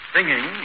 Singing